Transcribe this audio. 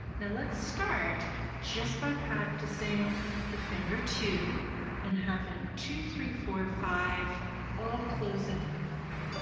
now let's start just by practicing the finger two and having two three four five all close into the palm.